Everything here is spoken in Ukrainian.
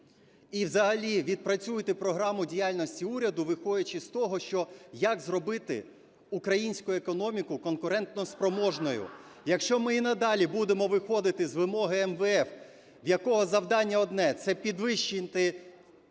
І взагалі відпрацюйте програму діяльності Уряду, виходячи з того, що як зробити українську економіку конкурентоспроможною. Якщо ми й надалі будемо виходити з вимоги МВФ, в якого завдання одне – це підвищити ціни